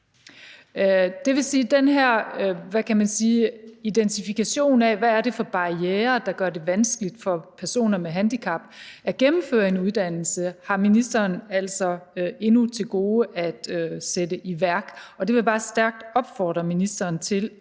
Det vil sige, at den her identifikation af, hvad det er for barrierer, der gør det vanskeligt for personer med handicap at gennemføre en uddannelse, har ministeren altså endnu til gode at sætte i værk, og det vil jeg bare stærkt opfordre ministeren til